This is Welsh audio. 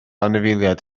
anifeiliaid